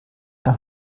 der